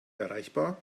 erreichbar